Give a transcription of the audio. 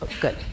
good